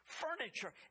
furniture